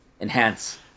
Enhance